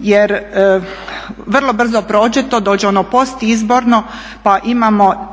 jer vrlo brzo prođe to, dođe ono postizborno pa imamo